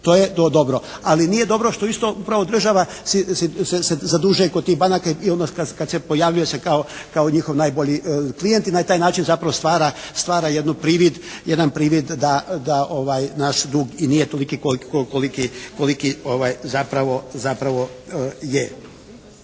To je bilo dobro. Ali nije dobro što isto upravo država se zadužuje kod tih banaka i onda kad se pojavljuje se kao njih najbolji klijent. I na taj način zapravo stvara jednu privid, jedan privid da naš dug i nije toliki koliki zapravo je.